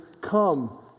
come